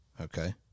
okay